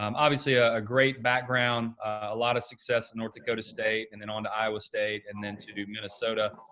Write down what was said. um obviously ah a great background. a lot of success at north dakota state, and then on to iowa state, and then to to minnesota.